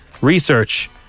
Research